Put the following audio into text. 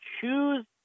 choose